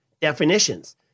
definitions